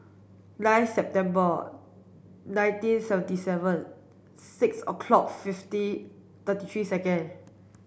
nine September nineteen seventy seven six o'clock fifty thirty three second